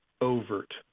Overt